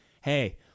hey